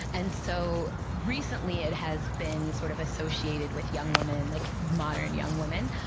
and so recently it has been sort of associated with young women, like modern young women,